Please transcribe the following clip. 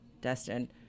Destin